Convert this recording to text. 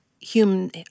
human